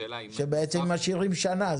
בעצם משאירים שנה.